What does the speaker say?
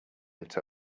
lit